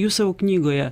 jūs sau knygoje